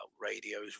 radios